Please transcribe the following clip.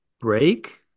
break